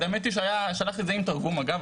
האמת היא ששלחתי את זה עם תרגום אגב,